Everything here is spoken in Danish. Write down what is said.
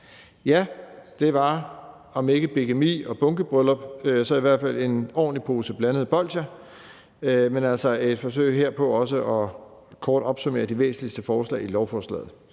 Ja, det var, om ikke bigami og bunkebryllup, så i hvert fald en ordentlig pose blandede bolsjer og altså herfra et forsøg på også kort at opsummere de væsentligste forslag i lovforslaget.